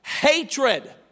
hatred